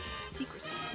secrecy